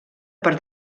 per